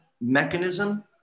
mechanism